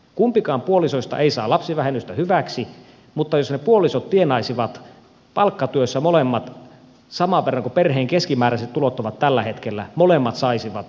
kumpikaan puolisoista ei saa lapsivähennystä hyväksi mutta jos puolisot tienaisivat palkkatyössä molemmat saman verran kuin perheen keskimääräiset tulot ovat tällä hetkellä molemmat saisivat lapsivähennyksen